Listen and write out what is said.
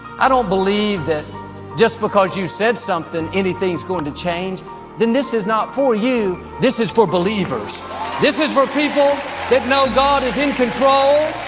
i don't believe that just because you said something anything's going to change then this is not for you. this is for believers this is for people have know god is in control